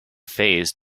phase